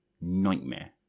nightmare